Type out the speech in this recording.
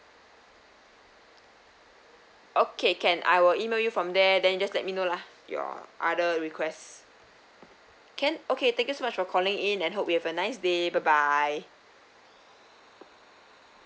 okay can I will email you from there then you just let me know lah your other requests can okay thank you so much for calling in and hope you will have a nice day bye bye